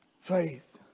faith